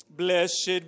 Blessed